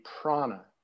prana